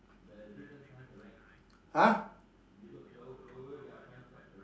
!huh!